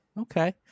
Okay